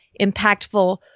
impactful